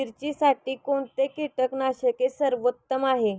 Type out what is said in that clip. मिरचीसाठी कोणते कीटकनाशके सर्वोत्तम आहे?